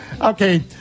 okay